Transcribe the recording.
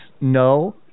no